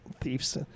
thieves